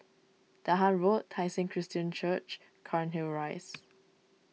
Dahan Road Tai Seng Christian Church Cairnhill Rise